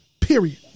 Period